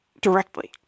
directly